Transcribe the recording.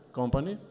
company